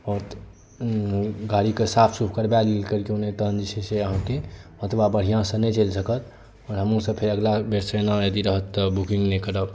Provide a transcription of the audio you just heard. आओर गाड़ीकेँ साफ़ सूफ करबा लियौ नहि तऽ जे छै से अहाँके एतबा बढ़िआँसँ नहि चलि सकत आओर हमहूँसभ जे अगिला बेरसँ यदि एना रहत तऽ बुकिंग नहि करब